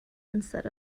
instead